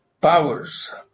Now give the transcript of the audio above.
powers